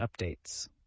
updates